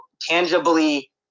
tangibly